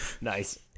Nice